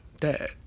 Dad